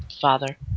father